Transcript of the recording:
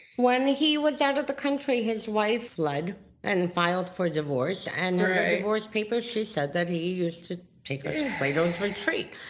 when he was out of the country, his wife fled and filed for divorce, and in divorce papers she said that he used to take her to plato's retreat.